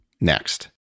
next